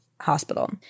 hospital